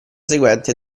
seguente